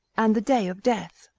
and the day of death.